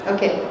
Okay